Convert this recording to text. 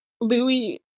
Louis